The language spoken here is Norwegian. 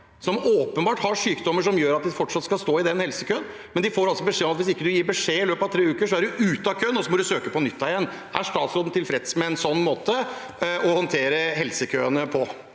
som åpenbart har sykdommer som gjør at de fortsatt skal stå i den helsekøen, nå får beskjed om at hvis de ikke gir beskjed i løpet av tre uker, er de ute av køen, og så får de søke på nytt igjen? Er statsråden tilfreds med en sånn måte å håndtere helsekøene på?